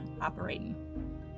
operating